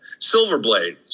Silverblade